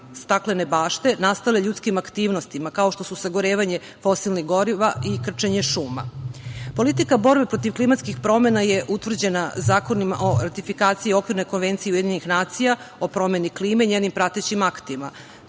staklene bašte nastale ljudskim aktivnostima, kao što su sagorevanje fosilnih goriva i krčenje šuma. Politika borbe protiv klimatskih promena je utvrđena zakonima o ratifikaciji Okvirne konvencije Ujedinjenih nacija o promeni klime i njenim pratećim aktima.